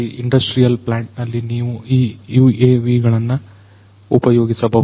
industrial plant ನಲ್ಲಿ ನೀವು ಈ UAVಗಳನ್ನು ಉಪಯೋಗಿಸಬಹುದು